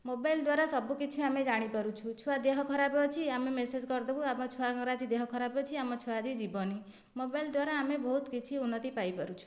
mobile ଦ୍ୱାରା ସବୁ କିଛି ଆମେ ଜାଣିପାରୁଛୁ ଛୁଆ ଦେହ ଖରାପ ଅଛି ଆମେ ମେସେଜ୍ କରିଦେବୁ ଆମ ଛୁଆଙ୍କର ଆଜି ଦେହ ଖରାପ ଅଛି ଆମ ଛୁଆ ଆଜି ଯିବନି ମୋବାଇଲ୍ ଦ୍ୱାରା ଆମେ ବହୁତ କିଛି ଉନ୍ନତି ପାଇପାରୁଛୁ